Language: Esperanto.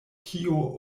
kio